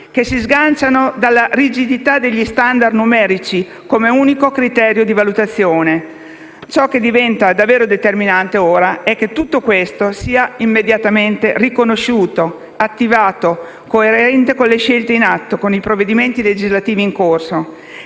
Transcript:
che si sganciano dalla rigidità degli standard numerici come unico criterio di valutazione. Ciò che diventa davvero determinante ora è che tutto questo sia immediatamente riconosciuto, attivato e coerente con le scelte in atto, con i provvedimenti legislativi in corso.